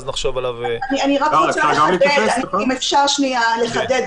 אם אפשר, אני רק רוצה לחדד.